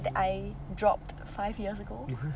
that I dropped five years ago